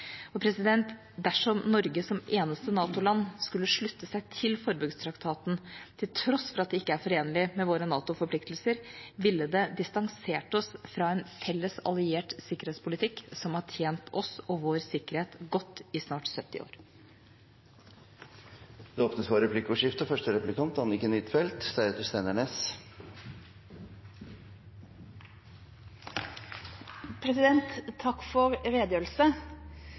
Dersom Norge som eneste NATO-land skulle slutte seg til forbudstraktaten, til tross for at det ikke er forenlig med våre NATO-forpliktelser, ville det distansert oss fra en felles alliert sikkerhetspolitikk som har tjent oss og vår sikkerhet godt i snart 70 år. Det blir replikkordskifte. Takk for